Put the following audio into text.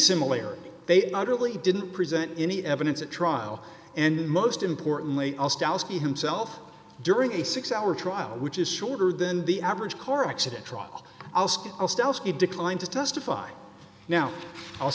similarity they really didn't present any evidence at trial and most importantly he himself during a six hour trial which is shorter than the average car accident truck he declined to testify now